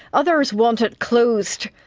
others want it closed.